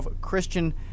Christian